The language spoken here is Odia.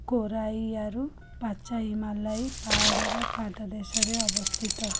କୋରାଇୟାରୁ ପାଚାଇମାଲାଇ ପାହାଡ଼ର ପାଦ ଦେଶରେ ଅବସ୍ଥିତ